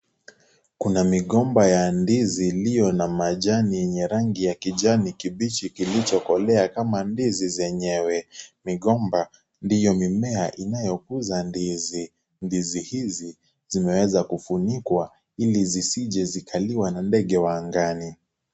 Kuna migomba ya ndizi iliyo na majani ilyo na majini ya rangi ya kijani kibichi kilichokolea kama ndizi zenyewe, migomba ndiyo mimea inayokuza ndizi , ndizi hizi zimeweza kufunikwa hili zisije zikzliwa na ndege wa angani.